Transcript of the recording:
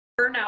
burnout